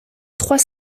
trois